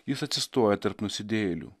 jis atsistoja tarp nusidėjėlių